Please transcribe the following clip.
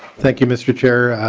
thank you mr. chair.